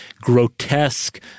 grotesque